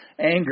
Anger